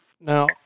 Now